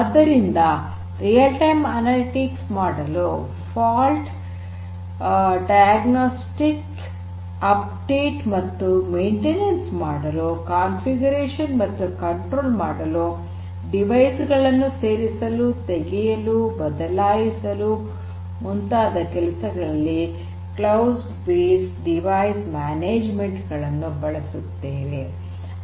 ಆದ್ದರಿಂದ ನೈಜ ಸಮಯದಲ್ಲಿ ಅನಲಿಟಿಕ್ಸ್ ಮಾಡಲು ಫಾಲ್ಟ್ ಡಯಗ್ನೊಸ್ಟಿಕ್ ನವೀಕರಿಸಿ ಮತ್ತು ನಿರ್ವಹಣೆ ಮಾಡಲು ಕಾಂಫಿಗರೇಶನ್ ಮತ್ತು ನಿಯಂತ್ರಣ ಮಾಡಲು ಸಾಧನಗಳನ್ನು ಸೇರಿಸಲು ತೆಗೆಯಲು ಬದಲಾಯಿಸಲು ಮುಂತಾದ ಕೆಲಸಗಳಲ್ಲಿ ಕ್ಲೌಡ್ ಬೇಸ್ಡ್ ಡಿವೈಸ್ ಮ್ಯಾನೇಜ್ಮೆಂಟ್ ಗಳನ್ನು ಬಳಸುತ್ತೇವೆ